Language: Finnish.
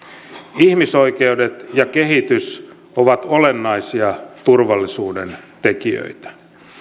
ihmisoikeudet ja kehitys ovat olennaisia turvallisuuden tekijöitä